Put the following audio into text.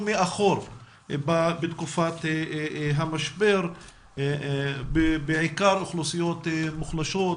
מאחור בתקופת המשבר בעיקר אוכלוסיות מוחלשות,